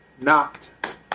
knocked